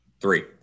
Three